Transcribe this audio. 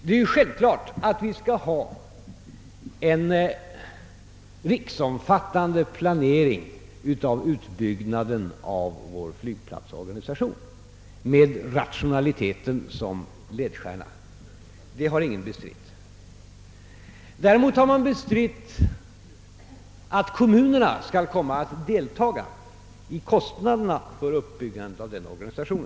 Det är självklart att vi skall ha en riksomfattande planering i utbyggnaden av vår flygplatsorganisation med rationaliteten som ledstjärna. Detta har ingen bestritt. Däremot har man bestritt att kommunerna skall komma att deltaga i kostnaderna för uppbyggandet av denna organisation.